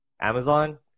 Amazon